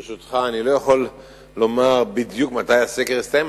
ברשותך, אני לא יכול לומר בדיוק מתי הסקר יסתיים.